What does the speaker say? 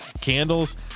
candles